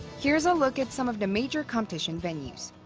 here's a look at some of the major competition venues